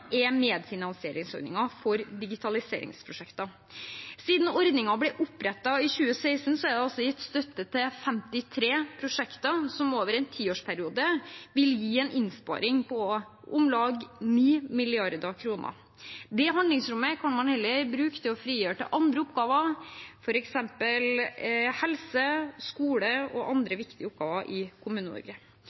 er medfinansieringsordningen for digitaliseringsprosjekter. Siden ordningen ble opprettet i 2016, er det gitt støtte til 53 prosjekter, som over en tiårsperiode vil gi en innsparing på om lag 9 mrd. kr. Det handlingsrommet kan man heller frigjøre til andre oppgaver, f.eks. innen helse og skole, og andre viktige oppgaver i